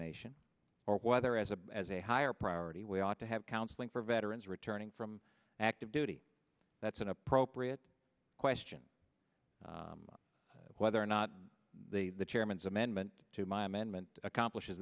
nation or whether as a as a higher priority we ought to have counseling for veterans returning from active duty that's an appropriate question whether or not the chairman's amendment to my amendment accomplishes